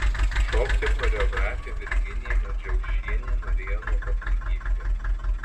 šokti choreografė virginija medžiaušienė norėjo nuo pat vaikystės